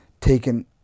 taken